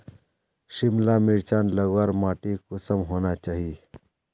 सिमला मिर्चान लगवार माटी कुंसम होना चही?